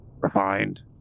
refined